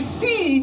see